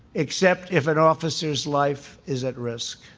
except if an officer's life is at risk.